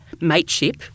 mateship